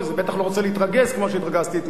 ובטח לא רוצה להתרגז כמו שהתרגזתי אתמול.